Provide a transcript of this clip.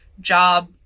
job